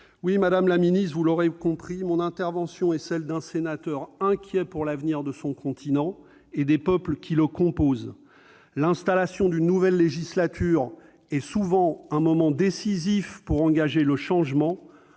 ! Madame la secrétaire d'État, vous l'aurez compris, mon intervention est celle d'un sénateur inquiet pour l'avenir de son continent et des peuples qui le composent. L'installation d'une nouvelle législature est souvent un moment décisif pour engager le changement.